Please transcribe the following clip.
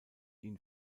ihn